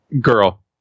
Girl